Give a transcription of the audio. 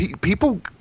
people